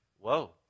Whoa